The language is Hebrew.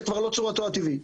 זה כבר לא צורתו הטבעית.